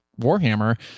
Warhammer